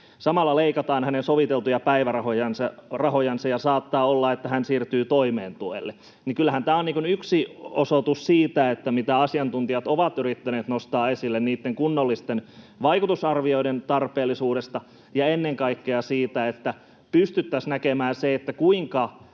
Samalla leikataan hänen soviteltuja päivärahojansa, ja saattaa olla, että hän siirtyy toimeentulotuelle.” Kyllähän tämä on yksi osoitus siitä, mitä asiantuntijat ovat yrittäneet nostaa esille niitten kunnollisten vaikutusarvioiden tarpeellisuudesta ja ennen kaikkea siitä, että pystyttäisiin näkemään se, kuinka